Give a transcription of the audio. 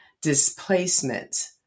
displacement